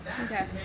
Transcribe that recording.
Okay